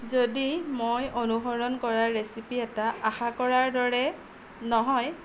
যদি মই অনুসৰণ কৰা ৰেচিপি এটা আশা কৰাৰ দৰে নহয়